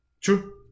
True